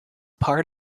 part